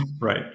right